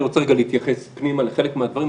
אני רוצה רגע להתייחס פנימה לחלק מהדברים.